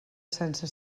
sense